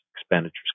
expenditures